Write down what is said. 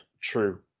true